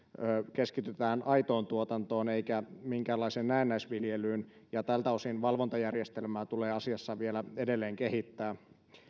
keskitytään aitoon tuotantoon eikä minkäänlaiseen näennäisviljelyyn ja tältä osin valvontajärjestelmää tulee asiassa vielä edelleen kehittää